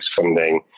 funding